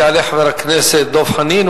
יעלה חבר הכנסת דב חנין,